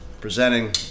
presenting